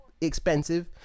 expensive